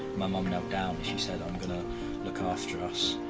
my mum knelt down and she said, i'm gonna look after us.